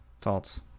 False